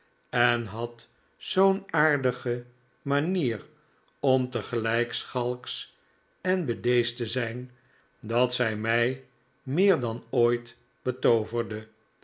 en had zoo'n aardige manier om tegelijk schalksch en bedeesd te zijn dat zij mij meer dan ooit betooverde